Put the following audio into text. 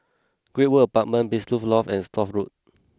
Great World Apartments Blissful Loft and Stores Road